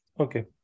Okay